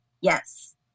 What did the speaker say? Yes